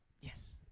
Yes